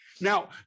Now